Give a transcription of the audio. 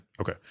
Okay